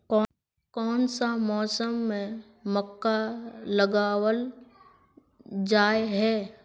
कोन सा मौसम में मक्का लगावल जाय है?